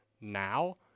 now